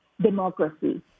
democracy